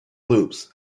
loops